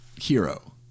hero